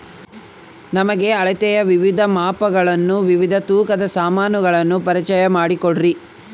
ನಮಗೆ ಅಳತೆಯ ವಿವಿಧ ಮಾಪನಗಳನ್ನು ವಿವಿಧ ತೂಕದ ಸಾಮಾನುಗಳನ್ನು ಪರಿಚಯ ಮಾಡಿಕೊಡ್ರಿ?